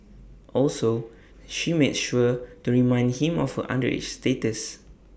also she made sure to remind him of her underage status